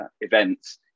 events